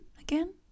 again